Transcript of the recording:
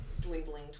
dwindling